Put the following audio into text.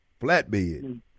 Flatbed